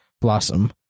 blossom